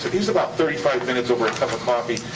here's about thirty five minutes over a cup of coffee,